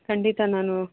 ಖಂಡಿತ ನಾನು